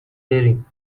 بریم